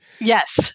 Yes